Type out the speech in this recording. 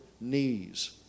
knees